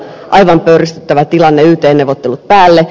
aivan pöyristyttävä tilanne yt neuvottelut päälle